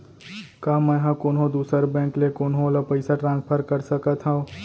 का मै हा कोनहो दुसर बैंक ले कोनहो ला पईसा ट्रांसफर कर सकत हव?